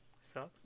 Sucks